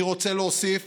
אני רוצה להוסיף